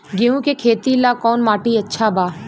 गेहूं के खेती ला कौन माटी अच्छा बा?